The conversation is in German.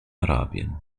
arabien